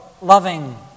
loving